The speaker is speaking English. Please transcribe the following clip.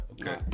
okay